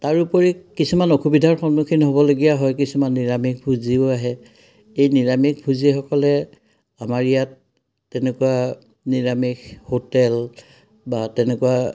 তাৰোপৰি কিছুমান অসুবিধাৰ সন্মুখীন হ'বলগীয়া হয় কিছুমান নিৰামিষ ভুজিও আহে এই নিৰামিষ ভুজিসকলে আমাৰ ইয়াত তেনেকুৱা নিৰামিষ হোটেল বা তেনেকুৱা